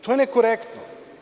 To je nekorektno.